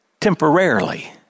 temporarily